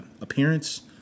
appearance